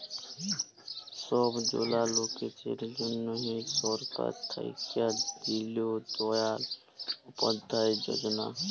ছব জলা লকদের জ্যনহে সরকার থ্যাইকে দিল দয়াল উপাধ্যায় যজলা